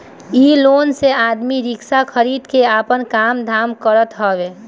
इ लोन से आदमी रिक्शा खरीद के आपन काम धाम करत हवे